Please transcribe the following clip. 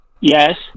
Yes